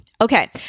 Okay